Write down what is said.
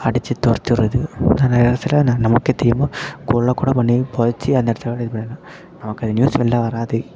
அடித்து துரத்தி விட்றது நிறைய இடத்துல நமக்கே தெரியாமல் கொலைக் கூட பண்ணி புதச்சி அந்த இடத்துல அப்படியே இது பண்ணிவிடுவாங்க நமக்கு அது நியூஸ் வெளில வராது